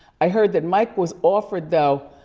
i heard that mike was offered though,